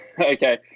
Okay